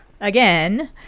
again